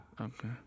Okay